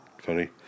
funny